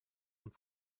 und